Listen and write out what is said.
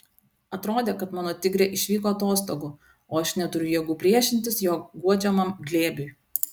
atrodė kad mano tigrė išvyko atostogų o aš neturiu jėgų priešintis jo guodžiamam glėbiui